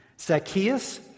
Zacchaeus